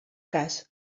cas